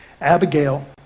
Abigail